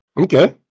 Okay